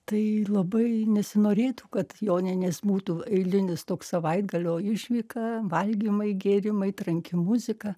tai labai norėtų kad joninės būtų eilinis toks savaitgalio išvyka valgymai gėrimai tranki muzika